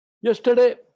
Yesterday